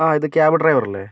ആ ഇത് cab driver അല്ലേ